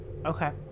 okay